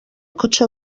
cotxe